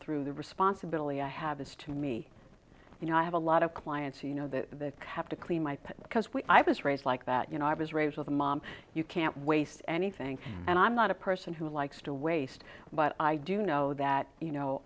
through the responsibility i have is to me you know i have a lot of clients you know that they have to clean my path because when i was raised like that you know i was raised with a mom you can't waste anything and i'm not a person who likes to waste but i do know that you know